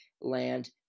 land